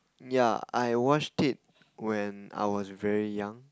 yeah I watched it when I was very young